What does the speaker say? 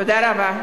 תודה רבה.